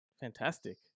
Fantastic